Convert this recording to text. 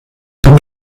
zum